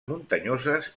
muntanyoses